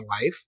life